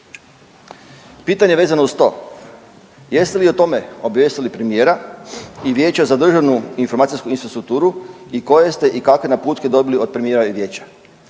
Pitanje vezano uz to, jeste li o tome obavijestili premijera i Vijeća za državnu informacijsku infrastrukturu i koje ste i kakve naputke dobili od premijera i vijeća?